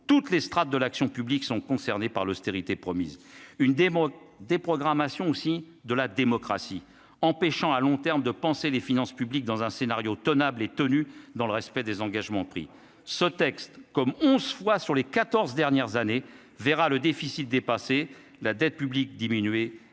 toutes les strates de l'action publique, sont concernés par l'austérité promises une démo déprogrammation aussi de la démocratie, empêchant à long terme de penser les finances publiques dans un scénario tenable et tenu dans le respect des engagements pris ce texte comme 11 fois sur les 14 dernières années verra le déficit dépasser la dette publique, diminuer